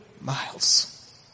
miles